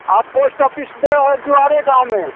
आर post office जजुआरे गाँवमे